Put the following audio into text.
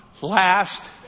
Last